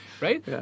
Right